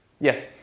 Yes